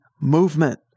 movement